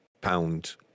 pound